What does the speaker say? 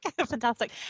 fantastic